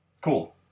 Cool